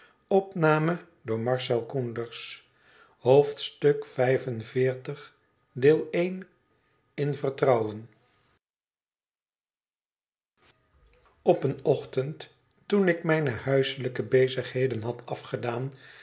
in vertrouwen op een ochtend toen ik mijne huiselijke bezigheden had afgedaan